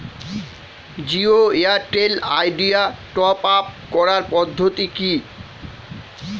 Jio Airtel Idea top up করার পদ্ধতি কি?